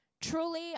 Truly